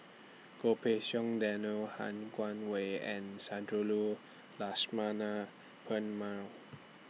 Goh Pei Siong Daniel Han Guangwei and Sundarajulu Lakshmana Perumal